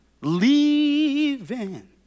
leaving